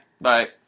Bye